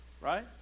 right